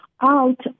out